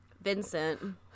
Vincent